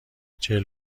چهل